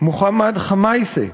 מוחמד ח'מאיסה,